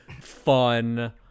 fun